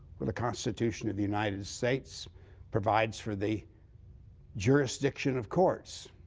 well, the constitution of the united states provides for the jurisdiction of courts.